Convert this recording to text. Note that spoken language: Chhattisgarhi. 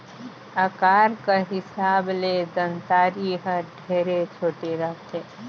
अकार कर हिसाब ले दँतारी हर ढेरे छोटे रहथे